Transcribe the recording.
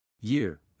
Year